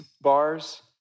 bars